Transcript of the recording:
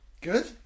Good